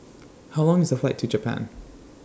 How Long IS The Flight to Japan